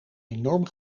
enorm